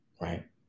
right